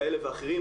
כאלה ואחרים,